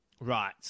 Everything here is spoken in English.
Right